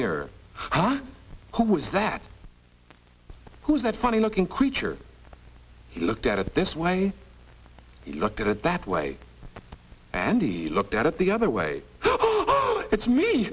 mirror who was that who's that funny looking creature he looked at it this way he looked at it that way and he looked at the other way it's me